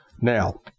Now